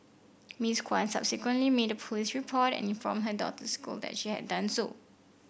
Miss Kwan subsequently made a police report and informed her daughter's school that she had done so